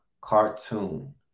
cartoon